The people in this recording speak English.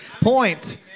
point